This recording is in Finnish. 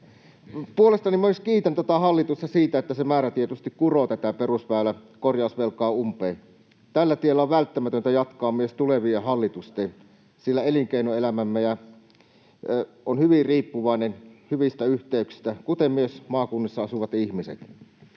Puolestani myös kiitän tätä hallitusta siitä, että se määrätietoisesti kuroo tätä perusväyläkorjausvelkaa umpeen. Tällä tiellä on välttämätöntä jatkaa myös tulevien hallitusten, sillä elinkeinoelämämme on hyvin riippuvainen hyvistä yhteyksistä, kuten myös maakunnissa asuvat ihmiset.